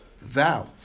vow